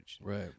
right